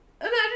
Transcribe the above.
imagine